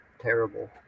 terrible